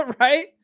right